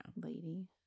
lady